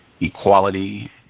equality